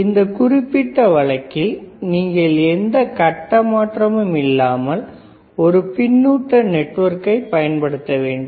அந்த குறிப்பிட்ட வழக்கில் நீங்கள் எந்த கட்ட மாற்றமும் இல்லாமல் ஒரு பின்னூட்ட நெட்வொர்க்கைப் பயன்படுத்த வேண்டும்